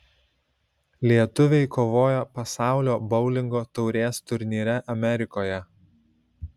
lietuviai kovoja pasaulio boulingo taurės turnyre amerikoje